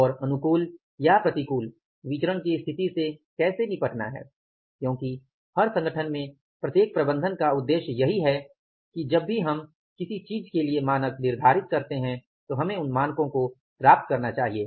और अनुकूल या प्रतिकूल विचरण की स्थिति से कैसे निपटना है क्योंकि हर संगठन में प्रत्येक प्रबंधन का उद्देश्य यही है कि जब भी हम किसी चीज के लिए मानक निर्धारित करते हैं तो हमें उन मानकों को प्राप्त करना चाहिए